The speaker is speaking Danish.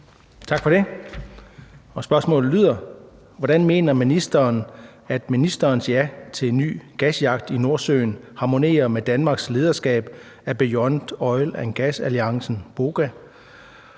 Tak for det. Spørgsmålet lyder: Hvordan mener ministeren at ministerens ja til ny gasjagt i Nordsøen harmonerer med Danmarks lederskab af Beyond Oil & Gas Alliance, BOGA,